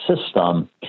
system